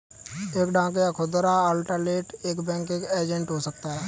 एक डाक या खुदरा आउटलेट एक बैंकिंग एजेंट हो सकता है